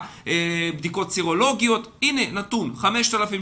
הנתון המדויק הוא לגבי מעונות יום מוכרים של משרד העבודה והרווחה,